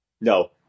No